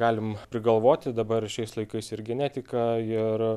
galim prigalvoti dabar šiais laikais ir genetika ir